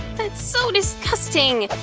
that's so disgusting!